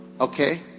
Okay